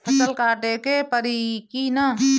फसल काटे के परी कि न?